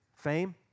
fame